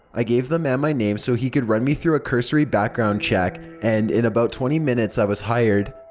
i gave the man my name so he could run me through a cursory background check, and in about twenty minutes, i was hired.